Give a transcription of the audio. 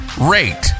rate